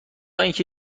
اینکه